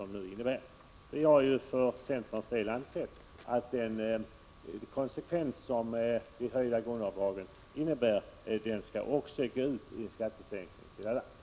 Viicentern anser att höjningen av grundavdragen skall resultera i en skattesänkning för alla.